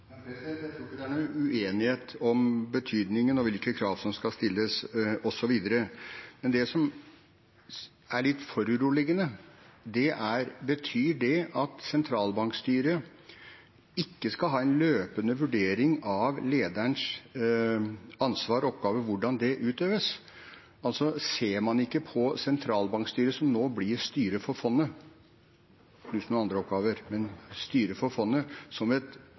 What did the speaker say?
Jeg tror ikke det er noen uenighet om betydningen, hvilke krav som skal stilles, osv. Det som er litt foruroligende, er: Betyr det at sentralbankstyret ikke skal ha en løpende vurdering av hvordan lederens ansvar og oppgaver utøves? Ser man ikke på sentralbankstyret, som nå blir styret for fondet – pluss noen andre oppgaver – som et mer normalt styre i forhold til en toppleder i en virksomhet som